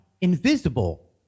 invisible